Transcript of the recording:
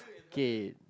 okay